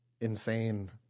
insane –